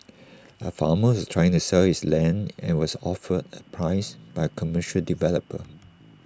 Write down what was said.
A farmer was trying to sell his land and was offered A price by A commercial developer